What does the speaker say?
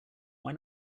why